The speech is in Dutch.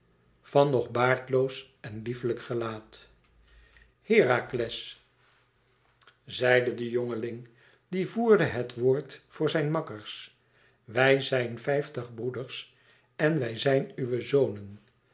van nog baardloos en lieflijk gelaat herakles zeide de jongeling die voerde het woord voor zijn makkers wij zijn vijftig broeders en wij zijn uwe zonen